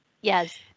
Yes